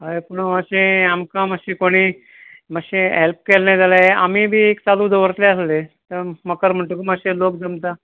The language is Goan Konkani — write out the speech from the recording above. हें पूण अशें आमकां मातशें कोणीय मातशें हेल्प केल्लें जाल्यार आमी बी चालू दवरतलें आसले कित्या मकर म्हणटकूच लोक मातशे जमता